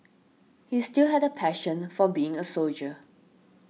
he still had a passion for being a soldier